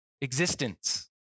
existence